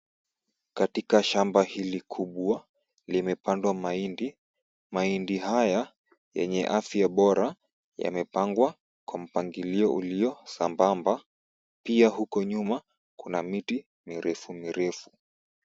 Katika shamba hili kubwa, limepandwa mahindi, mahindi haya yenye afya bora yamepangwa kwa mpangilio ulio sambamba, pia huko nyuma, kuna miti mirefu mirefu.